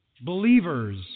believers